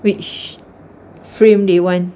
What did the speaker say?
which frame they want